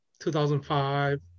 2005